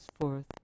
forth